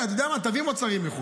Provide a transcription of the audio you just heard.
אתה יודע מה, תביא מוצרים מחו"ל.